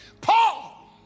Paul